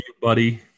buddy